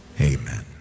Amen